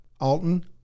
Alton